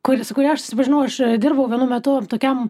kuri su kuria aš susipažinau aš dirbau vienu metu tokiam